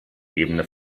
ebene